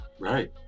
Right